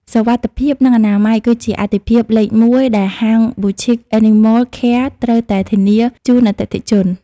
សុវត្ថិភាព និងអនាម័យគឺជាអាទិភាពលេខមួយដែលហាង Boutique Animal Care ត្រូវតែធានាជូនអតិថិជន។